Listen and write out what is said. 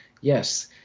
yes